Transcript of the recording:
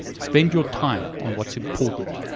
spend your time on what's important.